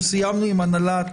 סיימנו עם הנהלת